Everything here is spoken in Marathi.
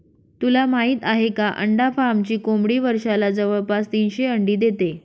तुला माहित आहे का? अंडा फार्मची कोंबडी वर्षाला जवळपास तीनशे अंडी देते